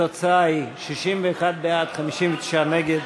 התוצאה היא: 61 בעד, 59 נגד.